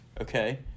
okay